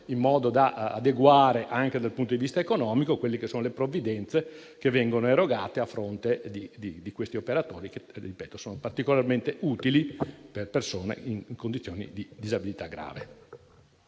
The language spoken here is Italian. in modo da adeguare anche dal punto di vista economico le provvidenze che vengono erogate a fronte di questi operatori che sono particolarmente utili per persone in condizioni di disabilità grave.